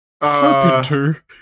Carpenter